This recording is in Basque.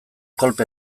kolpe